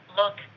look